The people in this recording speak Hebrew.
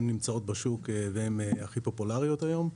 הן נמצאות בשוק והן הכי פופולריות היום.